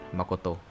Makoto